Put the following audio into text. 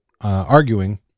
arguing